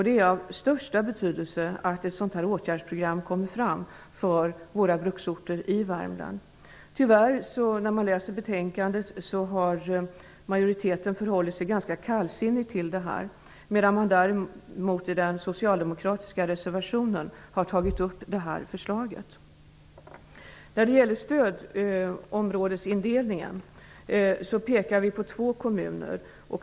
Det är av största betydelse att det tas fram ett sådant åtgärdsprogram för bruksorterna i Värmland. Tyvärr har majoriteten förhållit sig ganska kallsinnig till detta. Däremot har man i den socialdemokratiska reservationen tagit upp detta förslag. När det gäller stödområdesindelningen pekar vi på två kommuner.